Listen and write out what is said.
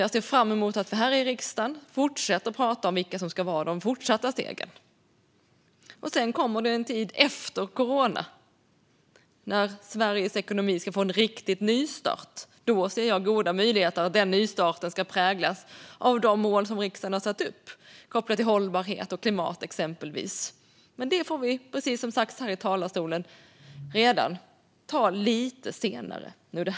Jag ser fram emot att vi här i riksdagen fortsätter att prata om vilka som ska vara de fortsatta stegen. Sedan kommer det en tid efter corona, när Sveriges ekonomi ska få en riktig nystart. Då ser jag goda möjligheter att denna nystart ska präglas av de mål som riksdagen har satt upp kopplat exempelvis till hållbarhet och klimat. Detta får vi ta lite senare, precis som redan har sagts här i talarstolen.